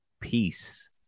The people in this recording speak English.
Peace